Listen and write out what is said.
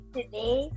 Today